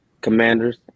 Commanders